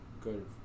good